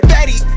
Betty